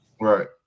Right